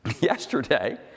yesterday